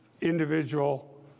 individual